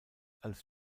als